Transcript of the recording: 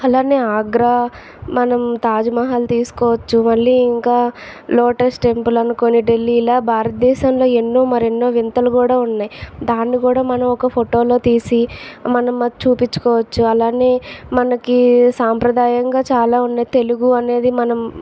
అలానే ఆగ్రా మనం తాజ్ మహల్ తీసుకోవచ్చు మళ్ళి ఇంకా లోటస్ టెంపుల్ అనుకొని ఢిల్లీ ఇలా భారతదేశంలో ఎన్నో మరెన్నో వింతలు గూడ ఉన్నాయి దాన్ని కూడ మనం ఒక ఫోటో లో తీసి మనం అది చూపించుకోవచ్చు అలానే మనకి సాంప్రదాయంగా చాలా ఉన్నాయి తెలుగు అనేది మనం